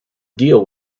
deal